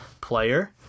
player